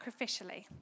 sacrificially